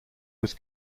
was